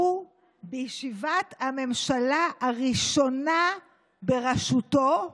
בישיבת הממשלה הראשונה בראשותו,